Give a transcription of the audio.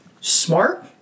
smart